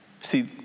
See